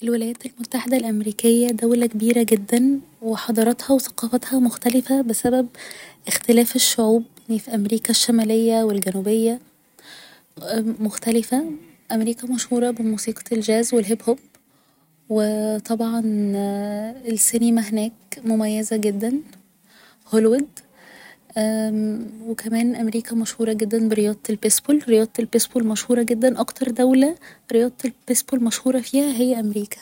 الولايات المتحدة الأمريكية دولة كبيرة جدا و حضاراتها و ثقافتها مختلفة بسبب اختلاف الشعوب يعني في امريكا الشمالية و الجنوبية مختلفة امريكا مشهورة بموسيقة الچاز و الهيب هوب و طبعا السينما هناك مميزة جدا هولويد و كمان امريكا مشهورة جدا برياضة البيسبول رياضة البيبسبول مشهورة جدا اكتر دولة رياضة البيسبول مشهورة فيها هي امريكا